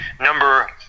Number